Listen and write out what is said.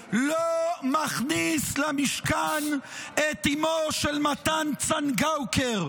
הוא לא מכניס למשכן את אימו של מתן צנגאוקר?